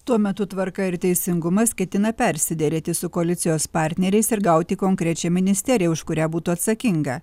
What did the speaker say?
tuo metu tvarka ir teisingumas ketina persiderėti su koalicijos partneriais ir gauti konkrečią ministeriją už kurią būtų atsakinga